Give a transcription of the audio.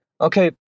Okay